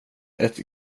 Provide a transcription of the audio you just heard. ett